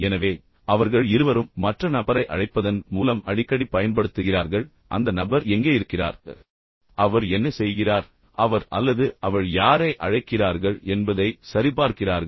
எனவே அவர்கள் இருவரும் மற்ற நபரை அழைப்பதன் மூலம் அடிக்கடி பயன்படுத்துகிறார்கள் சரிபார்க்க அந்த நபர் எங்கே இருக்கிறார் அவர் என்ன செய்கிறார் அவர் அல்லது அவள் யாரை அழைக்கிறார்கள் சரிபார்த்து சரிபார்க்கிறார்கள்